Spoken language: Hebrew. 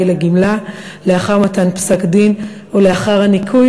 לגמלה לאחר מתן פסק-דין או לאחר הניכוי,